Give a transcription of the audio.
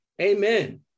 Amen